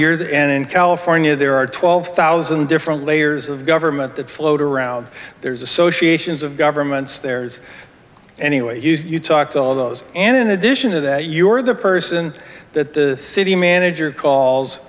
and in california there are twelve thousand different layers of government that float around there's associations of governments there's anyway you talk to all of those and in addition to that you're the person that the city manager calls